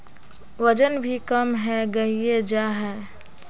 वजन भी कम है गहिये जाय है?